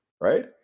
right